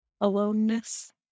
aloneness